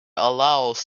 allows